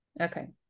Okay